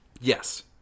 Yes